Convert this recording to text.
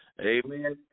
Amen